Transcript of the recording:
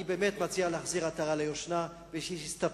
אני באמת מציע להחזיר עטרה ליושנה ולהסתפק